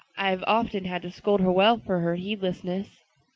i've often had to scold her well for her heedlessness.